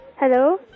Hello